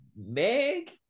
Meg